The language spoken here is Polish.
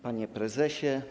Panie Prezesie!